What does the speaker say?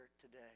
today